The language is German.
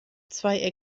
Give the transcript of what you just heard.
zwei